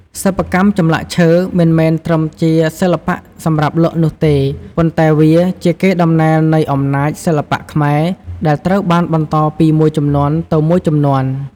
សិប្បកម្មចម្លាក់ឈើមិនមែនត្រឹមជាសិល្បៈសម្រាប់លក់នោះទេ ប៉ុន្តែវាជាកេរដំណែលនៃអំណោយសិល្បៈខ្មែរដែលត្រូវបានបន្តពីមួយជំនាន់ទៅមួយជំនាន់។